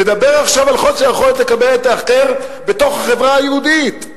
נדבר עכשיו על חוסר יכולת לקבל את האחר בתוך החברה היהודית.